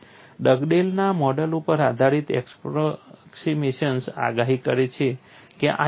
ડગડેલના model ઉપર આધારિત approximations આગાહી કરે છે કે આ યુનિટી છે